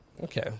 Okay